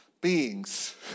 beings